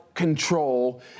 control